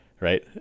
right